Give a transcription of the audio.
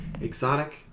exotic